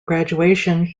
graduation